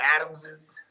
Adamses